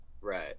Right